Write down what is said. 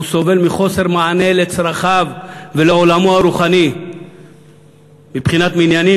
הוא סובל מחוסר מענה לצרכיו ולעולמו הרוחני מבחינת מניינים,